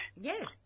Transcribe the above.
Yes